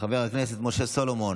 חבר הכנסת משה סלומון,